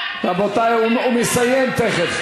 כן, תסיים כבר.